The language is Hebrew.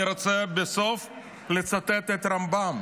אני רוצה בסוף לצטט את רמב"ם.